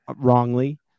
wrongly